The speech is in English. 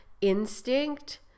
instinct